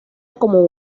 como